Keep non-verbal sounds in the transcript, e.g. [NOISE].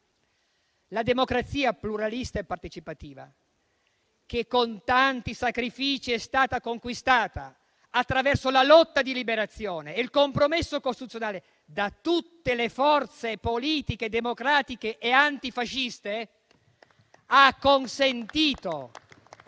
La democrazia pluralista e partecipativa, che con tanti sacrifici è stata conquistata, attraverso la lotta di liberazione e il compromesso costituzionale, da tutte le forze politiche, democratiche e antifasciste, [APPLAUSE]